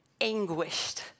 anguished